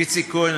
איציק כהן,